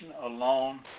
alone